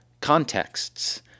contexts